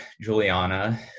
Juliana